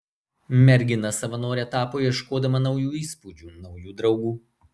mergina savanore tapo ieškodama naujų įspūdžių naujų draugų